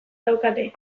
daukate